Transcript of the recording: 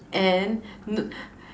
and n~